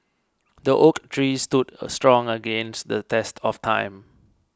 the oak tree stood strong against the test of time